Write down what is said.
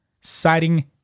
citing